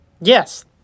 yes